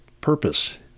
purpose